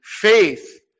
faith